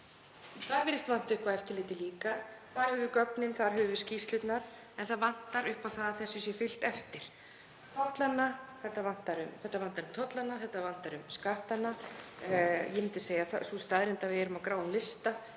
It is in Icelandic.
Þar virðist vanta upp á eftirlitið líka. Þar höfum við gögnin, þar höfum við skýrslurnar en það vantar upp á að þessu sé fylgt eftir. Þetta vantar um verndartollana. Þetta vantar um skattana. Ég myndi segja að sú staðreynd að við erum á gráum lista